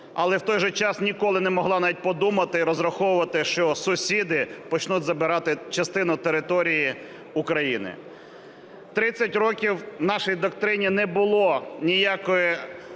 але в той же час ніколи не могла навіть подумати і розраховувати, що сусіди почнуть забирати частину території України. 30 років в нашій доктрині не було ніяких